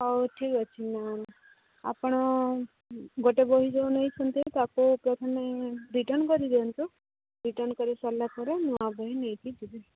ହଉ ଠିକ୍ ଅଛି ମ୍ୟାମ୍ ଆପଣ ଗୋଟେ ବହି ଯେଉଁ ନେଇଛନ୍ତି ତା'କୁ ପ୍ରଥମେ ରିଟର୍ଣ୍ଣ କରିଦିଅନ୍ତୁ ରିଟର୍ଣ୍ଣ କରି ସାରିଲା ପରେ ନୂଆ ବହି ନେଇକି ଯିବ